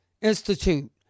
Institute